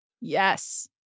Yes